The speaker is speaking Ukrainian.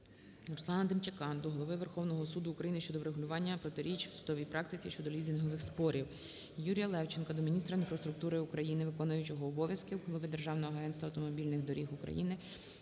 РусланаДемчака до Голови Верховного Суду України щодо врегулювання протиріч в судовій практиці щодо лізингових спорів. ЮріяЛевченка до міністра інфраструктури України, виконуючого обов'язки голови Державного агентства автомобільних доріг України,